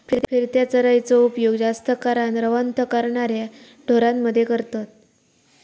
फिरत्या चराइचो उपयोग जास्त करान रवंथ करणाऱ्या ढोरांमध्ये करतत